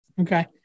Okay